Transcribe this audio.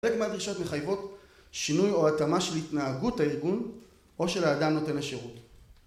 חלק מדרישות מחייבות שינוי או התאמה של התנהגות הארגון או של האדם נותן השירות